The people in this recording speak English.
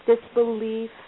disbelief